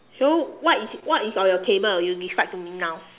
so what is what is on your table you describe to me now